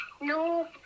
No